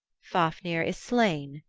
fafnir is slain,